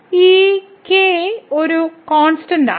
ഈ k ഒരു constant ആണ്